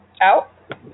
out